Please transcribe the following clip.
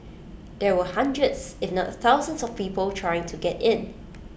there were hundreds if not thousands of people trying to get in